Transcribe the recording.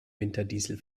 winterdiesel